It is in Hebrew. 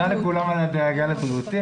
תודה לכולם על הדאגה לבריאותי,